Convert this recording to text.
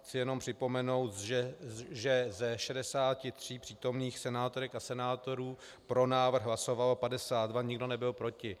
Chci jenom připomenout, že ze 63 přítomných senátorek a senátorů pro návrh hlasovalo 52, nikdo nebyl proti.